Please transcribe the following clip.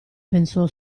pensò